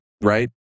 right